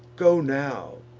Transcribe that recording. go now,